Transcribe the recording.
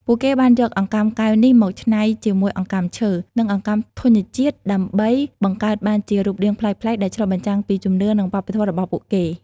ពួកគេបានយកអង្កាំកែវនេះមកច្នៃជាមួយអង្កាំឈើ និងអង្កាំធញ្ញជាតិដើម្បីបង្កើតបានជារូបរាងប្លែកៗ ដែលឆ្លុះបញ្ចាំងពីជំនឿ និងវប្បធម៌របស់ពួកគេ។